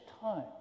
time